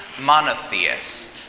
monotheist